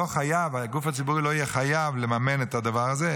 הגוף הציבורי לא יהיה חייב לממן את הדבר הזה,